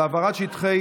על העברת שטחי